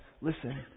listen